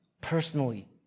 personally